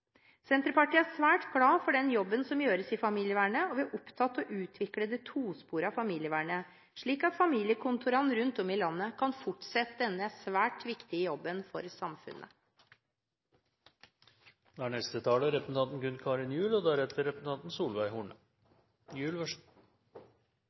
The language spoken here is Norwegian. Senterpartiet er svært glad for den jobben som gjøres i familievernet, og vi er opptatt av å utvikle det tosporede familievernet, slik at familievernkontorene rundt om i landet kan fortsette denne svært viktige jobben for